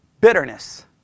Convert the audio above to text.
bitterness